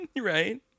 Right